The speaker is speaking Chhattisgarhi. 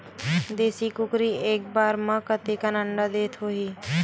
देशी कुकरी एक बार म कतेकन अंडा देत होही?